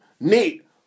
Neat